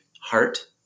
heart